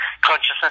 consciousness